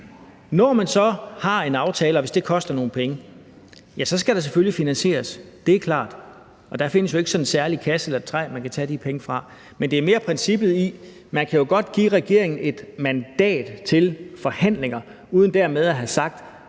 Når man så har en aftale, og hvis det koster nogle penge, skal det selvfølgelig finansieres. Det er klart. Der findes jo ikke en særlig kasse eller et træ, hvor man kan tage de penge fra. Men det er mere princippet om, at man godt kan give regeringen et mandat til forhandlinger uden dermed at have sagt,